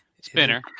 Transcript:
spinner